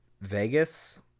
Vegas